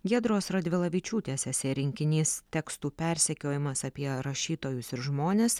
giedros radvilavičiūtės esė rinkinys tekstų persekiojimas apie rašytojus ir žmones